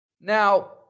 Now